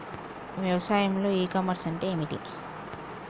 వ్యవసాయంలో e commerce అంటే ఏమిటి?